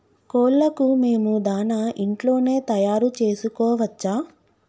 కోళ్లకు మేము దాణా ఇంట్లోనే తయారు చేసుకోవచ్చా?